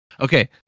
Okay